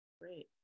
Great